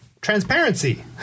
transparency